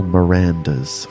Mirandas